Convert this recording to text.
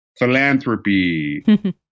Philanthropy